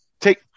take